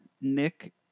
Nick